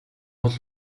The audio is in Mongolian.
бол